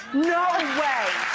no way.